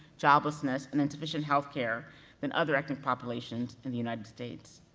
joblessness, and insufficient healthcare than other ethnic populations in the united states.